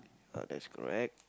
uh that's correct